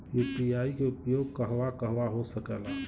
UPI के उपयोग कहवा कहवा हो सकेला?